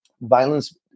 violence